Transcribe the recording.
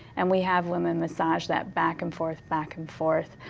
and we have women massage that back and forth, back and forth.